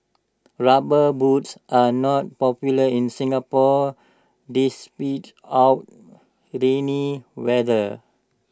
rubber boots are not popular in Singapore despite our rainy weather